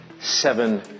seven